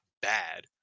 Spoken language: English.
bad